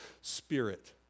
Spirit